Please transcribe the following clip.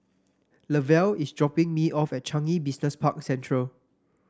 Lavelle is dropping me off at Changi Business Park Central